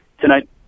Tonight